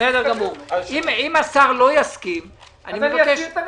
אני מגיש רביזיה כדי שאם נרצה נוכל לפתוח את הדיון על הצעת החוק.